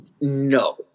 no